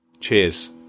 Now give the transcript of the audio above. cheers